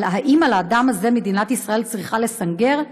אבל האם על האדם הזה מדינת ישראל צריכה לסנגר?